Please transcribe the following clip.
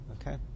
okay